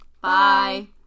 Bye